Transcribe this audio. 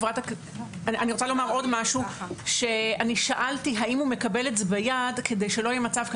אני שאלתי האם הוא מקבל את זה ביד כדי שלא יהיה מצב.